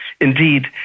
Indeed